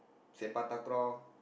sepak-takraw